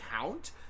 count